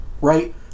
Right